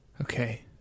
okay